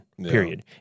period